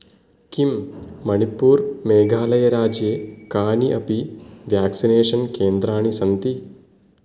किं मणिपुरं मेघालयराज्ये कानि अपि व्याक्सिनेषन् केन्द्राणि सन्ति